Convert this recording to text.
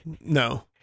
no